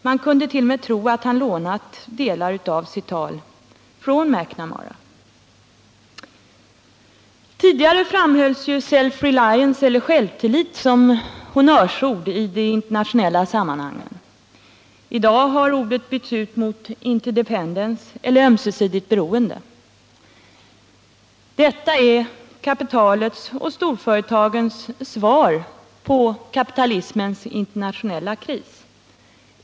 Man kunde t.o.m. tro att han lånat delar av sitt tal från McNamara. Tidigare framhölls self-reliance eller självtillit som honnörsord i de internationella sammanhangen. I dag har ordet bytts ut mot interdependence eller ömsesidigt beroende. Detta är kapitalets och storföretagens svar på kapitalismens internationella kris.